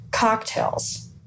cocktails